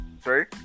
Sorry